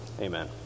Amen